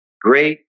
great